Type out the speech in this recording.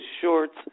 shorts